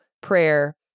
prayer